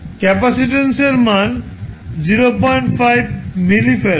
ক্যাপাসিট্যান্সের মান 5 মিলি ফ্যারাড